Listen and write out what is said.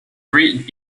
red